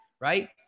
right